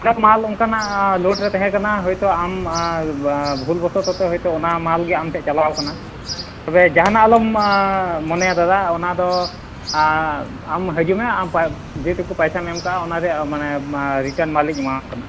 ᱢᱟᱞ ᱚᱱᱠᱟᱱᱟᱜ ᱞᱳᱰ ᱨᱮ ᱛᱟᱦᱮᱸ ᱠᱟᱱᱟ ᱦᱚᱭᱛᱚ ᱟᱢ ᱵᱷᱩᱞ ᱵᱚᱥᱚᱛᱚ ᱛᱚ ᱦᱚᱭᱛᱚ ᱚᱱᱟ ᱢᱟᱞ ᱜᱮ ᱟᱢ ᱴᱷᱮᱱ ᱪᱟᱞᱟᱣ ᱟᱠᱟᱱᱟ ᱛᱚᱵᱮ ᱡᱟᱦᱟᱱᱟᱜ ᱟᱞᱚᱢ ᱢᱚᱱᱮᱭᱟ ᱫᱟᱫᱟ ᱚᱱᱟ ᱫᱚ ᱟᱢ ᱦᱤᱡᱩᱜ ᱢᱮ ᱟᱢ ᱡᱮᱴᱩᱠᱩ ᱯᱟᱭᱥᱟᱢ ᱮᱢ ᱟᱠᱟᱜᱼᱟ ᱚᱱᱟ ᱨᱮᱭᱟᱜ ᱢᱟᱱᱮ ᱨᱤᱴᱟᱱ ᱢᱟᱞᱤᱧ ᱮᱢᱟᱣᱟᱢ ᱠᱟᱱᱟ